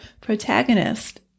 protagonist